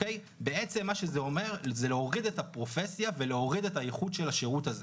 זה אומר להוריד את הפרופסיה ואת האיכות של השירות הזה.